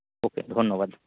ওকে ধন্যবাদ